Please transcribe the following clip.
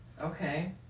Okay